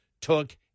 took